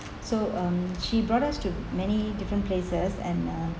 so um she brought us to many different places and um